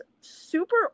super